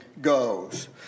goes